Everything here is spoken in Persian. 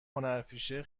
هنرپیشه